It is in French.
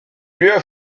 lieu